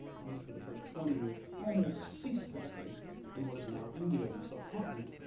at least for the first twenty years almost ceaselessly in what is now india on the subcontinent.